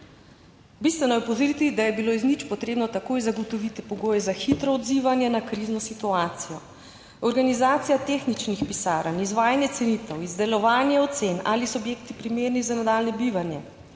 Bistveno je opozoriti, da je bilo iz nič potrebno takoj zagotoviti pogoje za hitro odzivanje na krizno situacijo. Organizacija tehničnih pisarn, izvajanje cenitev, izdelovanje ocen ali so objekti primerni za nadaljnje bivanje